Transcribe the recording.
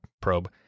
probe